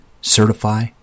certify